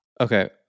Okay